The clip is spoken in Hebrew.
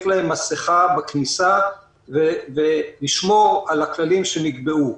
להם מסכה בכניסה ולשמור על הכללים שנקבעו?